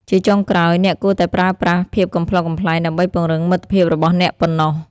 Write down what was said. ជាចុងក្រោយ អ្នកគួរតែប្រើប្រាស់ភាពកំប្លុកកំប្លែងដើម្បីពង្រឹងមិត្តភាពរបស់អ្នកប៉ុណ្ណោះ។